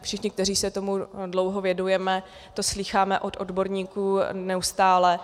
Všichni, kteří se tomu dlouho věnujeme, to slýcháme od odborníků neustále.